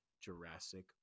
Jurassic